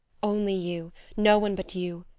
only you no one but you.